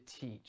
teach